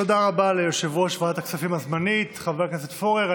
תודה רבה ליושב-ראש ועדת הכספים הזמנית חבר הכנסת פורר.